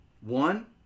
one